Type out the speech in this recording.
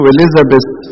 Elizabeth